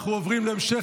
בעד,